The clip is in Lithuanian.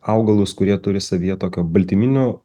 augalus kurie turi savyje tokio baltyminių